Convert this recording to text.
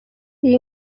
iyi